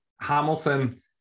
Hamilton